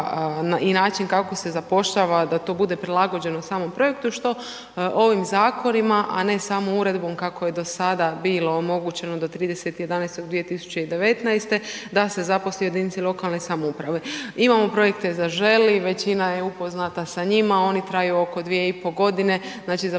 i način kako se zapošljava da to bude prilagođeno samom projektu što ovim zakonima, a ne samo uredbom kako je do sada bilo omogućeno da 30.11.2019. da se zaposli u jedinici lokalne samouprave. Imamo projekte „Zaželi“ većina je upoznata sa njima, oni traju oko dvije i pol godine, znači zapošljavanje